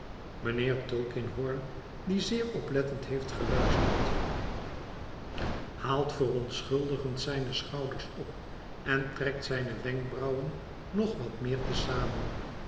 mijnheer tulkinghorn die zeer oplettend heeft geluisterd haalt verontschuldigend zijne schouders op en trekt zijne wenkbrauwen nog wat meer te zamen